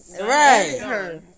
Right